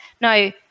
now